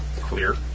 Clear